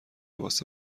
واسه